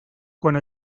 quant